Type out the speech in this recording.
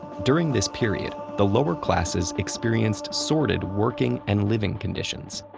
during this period, the lower classes experienced sordid working and living conditions.